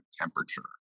temperature